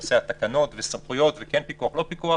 בנושא התקנות, סמכויות, כן פיקוח ולא פיקוח